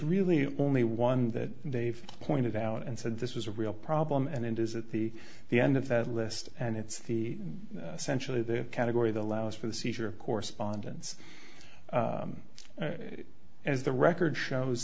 really only one that they've pointed out and said this was a real problem and it is at the the end of that list and it's the essential of the category the allows for the seizure of correspondence as the record shows